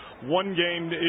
one-game